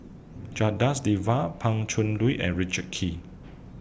Janadas Devan Pan Cheng Lui and Richard Kee